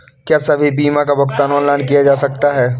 क्या सभी बीमा का भुगतान ऑनलाइन किया जा सकता है?